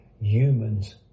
Humans